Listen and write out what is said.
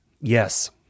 Yes